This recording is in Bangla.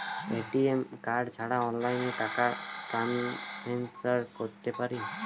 এ.টি.এম কার্ড ছাড়া অনলাইনে টাকা টান্সফার করতে পারি?